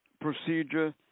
procedure